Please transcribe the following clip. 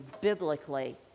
biblically